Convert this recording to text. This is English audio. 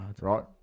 Right